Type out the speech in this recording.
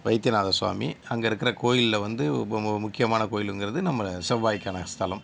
வைத்தியநாத ஸ்வாமி அங்கே இருக்கிற கோவில்ல வந்து முக்கியமான கோயிலுங்கிறது நம்ம செவ்வாய்க்கான ஸ்தலம்